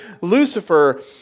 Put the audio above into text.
Lucifer